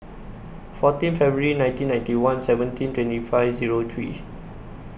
fourteen February nineteen ninety one seventeen twenty five Zero three